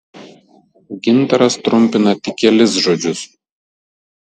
gintaras trumpina tik kelis žodžius